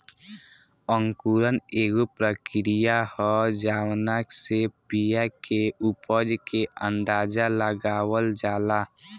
अंकुरण एगो प्रक्रिया ह जावना से बिया के उपज के अंदाज़ा लगावल जाला